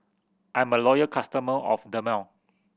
I'm a loyal customer of Dermale